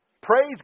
praise